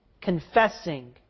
confessing